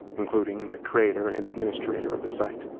including the creator and administrator of the site,